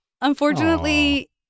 Unfortunately